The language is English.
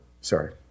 sorry